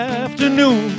afternoon